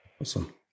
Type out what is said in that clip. Awesome